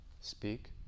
speak